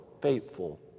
faithful